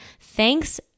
Thanks